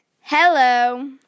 Hello